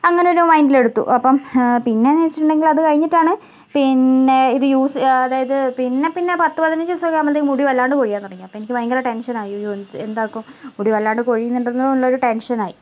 അങ്ങനേരു മൈന്റിലെടുത്തു അപ്പം പിന്നേന്ന് വച്ചിട്ടുണ്ടെങ്കില് അത് കഴിഞ്ഞിട്ടാണ് പിന്നെ ഇത് യൂസ് അതായത് പിന്നെ പിന്നെ പത്ത് പതിനഞ്ച് ദിവസമൊക്കെ ആകുമ്പോളേക്കും മുടി വല്ലാണ്ട് കൊഴിയാൻ തുടങ്ങി അപ്പം എനിക്ക് ഭയങ്കര ടെൻഷൻ ആയി അയ്യോ എനിക്ക് എന്താക്കും മുടി വല്ലാണ്ട് കൊഴിയുന്നുണ്ടല്ലോ എന്നുള്ളൊരു ടെൻഷൻ ആയി